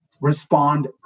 respond